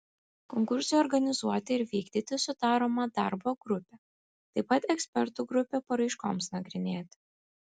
konkursui organizuoti ir vykdyti sudaroma darbo grupė taip pat ekspertų grupė paraiškoms nagrinėti